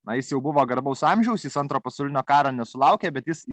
na jis jau buvo garbaus amžiaus jis antro pasaulinio karo nesulaukė bet jis